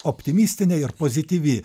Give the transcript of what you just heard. optimistinė ir pozityvi